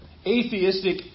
atheistic